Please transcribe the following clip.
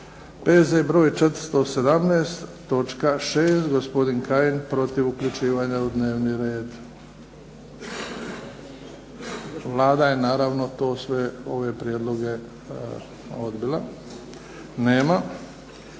417, točka 6? Gospodin Kajin protiv uključivanja u dnevni red? Vlada je naravno to sve, ove prijedloge odbila. Nema.